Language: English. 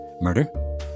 Murder